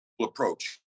approach